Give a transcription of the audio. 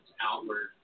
outward